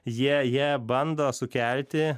jie jie bando sukelti